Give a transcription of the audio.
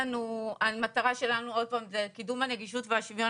המטרה שלנו היא קידום הנגישות והשוויון